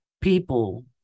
people